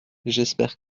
j’espère